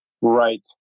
Right